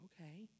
okay